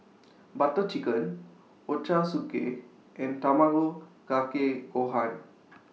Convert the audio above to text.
Butter Chicken Ochazuke and Tamago Kake Gohan